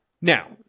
Now